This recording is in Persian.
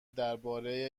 درباره